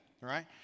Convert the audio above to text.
right